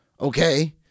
okay